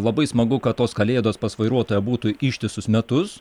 labai smagu kad tos kalėdos pas vairuotoją būtų ištisus metus